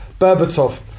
Berbatov